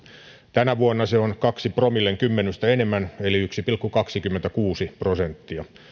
tänä vuonna se on kahden promillen kymmenystä enemmän eli yksi pilkku kaksikymmentäkuusi prosenttia